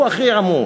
הוא הכי עמוס.